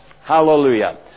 Hallelujah